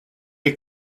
est